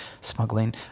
smuggling